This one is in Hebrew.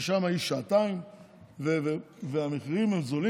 לשם היא שעתיים והמחירים נמוכים.